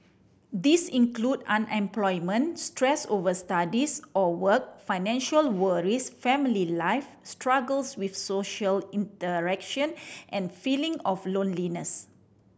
these include unemployment stress over studies or work financial worries family life struggles with social interaction and feeling of loneliness